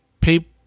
pay